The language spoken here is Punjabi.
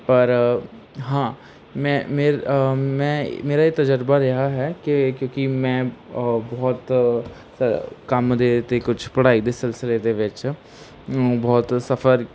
ਪਰ ਹਾਂ ਮੈਂ ਮੇਰੇ ਮੈਂ ਮੇਰਾ ਇਹ ਤਜਰਬਾ ਰਿਹਾ ਹੈ ਕਿ ਕਿਉਂਕਿ ਮੈਂ ਬਹੁਤ ਕੰਮ ਦੇ ਅਤੇ ਕੁਛ ਪੜ੍ਹਾਈ ਦੇ ਸਿਲਸਿਲੇ ਦੇ ਵਿੱਚ ਬਹੁਤ ਸਫ਼ਰ